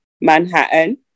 Manhattan